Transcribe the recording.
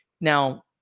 Now